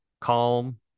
calm